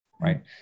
right